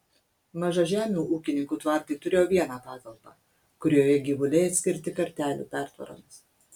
mažažemių ūkininkų tvartai turėjo vieną patalpą kurioje gyvuliai atskirti kartelių pertvaromis